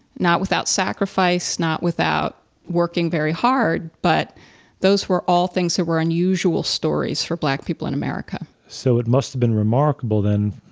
not without sacrifice, not without working very hard, but those were all things that were unusual stories for black people in america. so, it must have been remarkable, then,